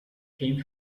came